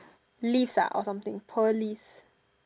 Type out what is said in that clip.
list ah or something pearl list